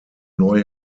neu